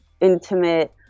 intimate